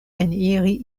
eniri